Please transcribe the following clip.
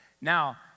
Now